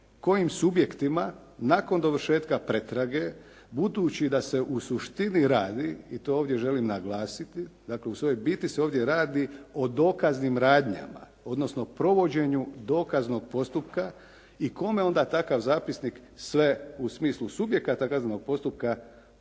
kojim subjektima nakon dovršetka pretrage budući da se u suštini radi i to ovdje želim naglasiti, dakle u svojoj biti se ovdje radi o dokaznim radnjama, odnosno provođenju dokaznog postupka i kome onda takav zapisnik sve u smislu subjekata kaznenog postupka